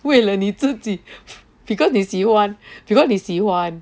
为了你自己 because 你喜欢 because 你喜欢